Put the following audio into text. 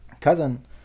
cousin